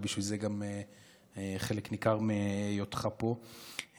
וזה גם חלק ניכר מהיותך פה,